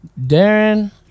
Darren